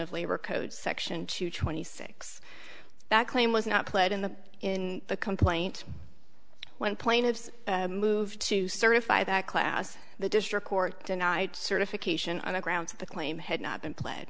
of labor code section two twenty six that claim was not played in the in the complaint when plaintiffs moved to certify that class the district court denied certification on the grounds of the claim had not been pl